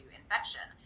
infection